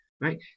Right